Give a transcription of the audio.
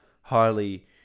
highly